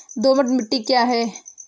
दोमट मिट्टी क्या है?